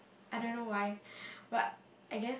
I don't know why but I guess